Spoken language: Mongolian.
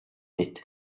мэт